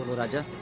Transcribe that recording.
raja!